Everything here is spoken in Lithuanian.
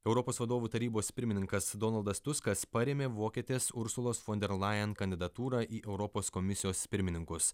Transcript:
europos vadovų tarybos pirmininkas donaldas tuskas parėmė vokietės ursulos fon der lajen kandidatūrą į europos komisijos pirmininkus